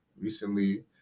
recently